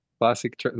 Classic